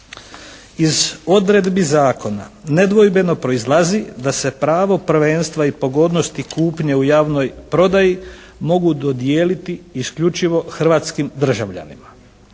Iz odredbi zakona nedvojbeno proizlazi da se pravo prvenstva i pogodnosti kupnje u javnoj prodaji mogu dodijeliti isključivo hrvatskim državljanima.